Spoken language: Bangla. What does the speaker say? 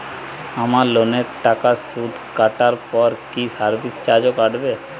আমার লোনের টাকার সুদ কাটারপর কি সার্ভিস চার্জও কাটবে?